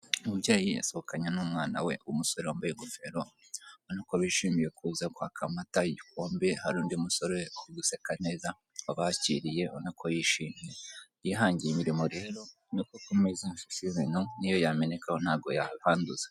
Umubyeyi asohokanye n'umwana we w'umusore wambaye ingofero urabona ko bishimiye kuza kwaka amata igikombe hari undi musore useka neza wabakiriye ubona ko yishimye, yihangiriye imirimo rero urabona ko ku meza hashashe ibintu niyo yamenekaho ntago yahanduza.